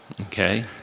okay